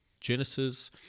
genesis